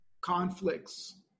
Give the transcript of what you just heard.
conflicts